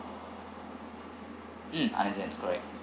mm understand correct